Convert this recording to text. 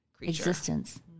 existence